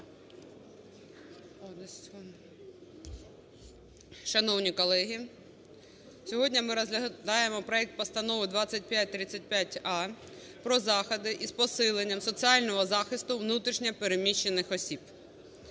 Шановні колеги, сьогодні ми розглядаємо проект Постанови 2535а про заходи із посилення соціального захисту внутрішньо переміщених осіб.